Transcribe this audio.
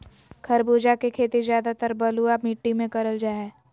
खरबूजा के खेती ज्यादातर बलुआ मिट्टी मे करल जा हय